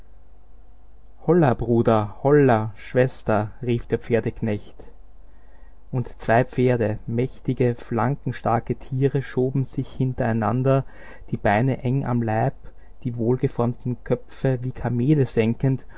hollah bruder hollah schwester rief der pferdeknecht und zwei pferde mächtige flankenstarke tiere schoben sich hintereinander die beine eng am leib die wohlgeformten köpfe wie kamele senkend